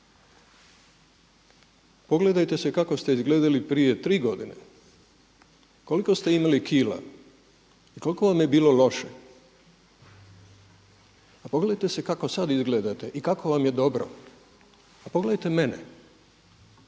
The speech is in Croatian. Pogledajte se kako ste izgledali prije tri godine? Koliko ste imali kila i koliko vam je bilo loše, a pogledajte kako sad izgledate i kako vam je dobro. A pogledajte mene